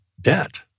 debt